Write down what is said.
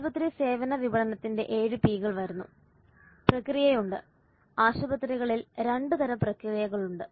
ആശുപത്രി സേവന വിപണനത്തിന്റെ 7P കൾ വരുന്നു പ്രക്രിയയുണ്ട് ആശുപത്രികളിൽ രണ്ട് തരം പ്രക്രിയകളുണ്ട്